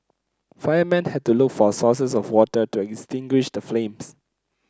firemen had to look for sources of water to extinguish the flames